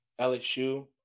LSU